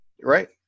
Right